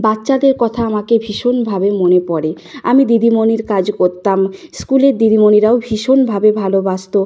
বাচ্চাদের কথা আমাকে ভীষণভাবে মনে পড়ে আমি দিদিমণির কাজ করতাম স্কুলের দিদিমণিরাও ভীষণভাবে ভালোবাসত